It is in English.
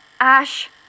Ash